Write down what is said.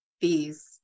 fees